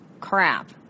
crap